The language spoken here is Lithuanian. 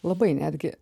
labai netgi